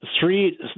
three